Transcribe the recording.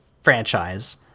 franchise